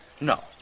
No